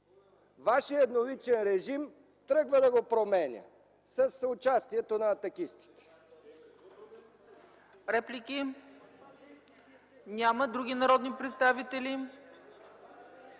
...вашият едноличен режим тръгва да го променя със съучастието на атакистите!